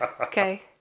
Okay